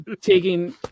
taking